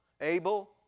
Abel